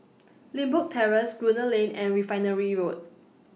Limbok Terrace Gunner Lane and Refinery Road